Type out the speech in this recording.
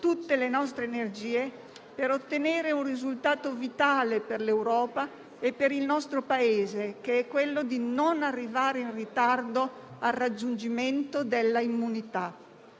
tutte le nostre energie per ottenere un risultato vitale per l'Europa e per il nostro Paese: quello di non arrivare in ritardo al raggiungimento della immunità.